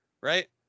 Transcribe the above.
right